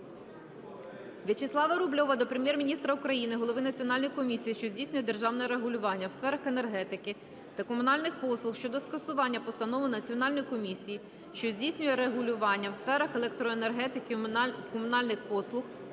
Вячеслава Рубльова до Прем'єр-міністра України, голови Національної комісії, що здійснює державне регулювання у сферах енергетики та комунальних послуг щодо скасування постанови Національної комісії, що здійснює регулювання у сферах електроенергетики і комунальних послуг